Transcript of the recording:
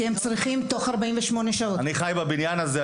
בבניין הזה.